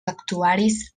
actuaris